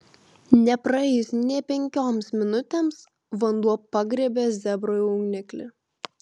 nepraėjus nė penkioms minutėms vanduo pagriebė zebro jauniklį